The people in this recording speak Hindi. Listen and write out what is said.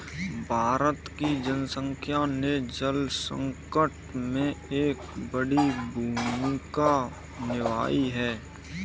भारत की जनसंख्या ने जल संकट में एक बड़ी भूमिका निभाई है